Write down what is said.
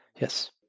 Yes